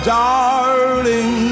darling